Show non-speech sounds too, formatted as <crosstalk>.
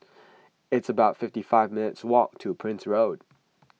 <noise> it's about fifty five minutes' walk to Prince Road